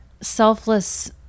selfless